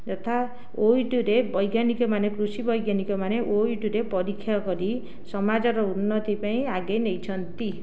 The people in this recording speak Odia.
ଯଥା ଓୟୁଏଟିରେ ବୈଜ୍ଞାନିକମାନେ କୃଷି ବୈଜ୍ଞାନିକମାନେ ଓୟୁଏଟିରେ ପରୀକ୍ଷା କରି ସମାଜର ଉନ୍ନତି ପାଇଁ ଆଗାଇ ନେଇଛନ୍ତି